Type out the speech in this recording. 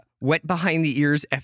wet-behind-the-ears